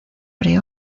pre